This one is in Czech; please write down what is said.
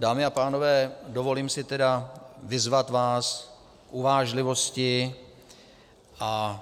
Dámy a pánové, dovolím si tedy vyzvat vás k uvážlivosti a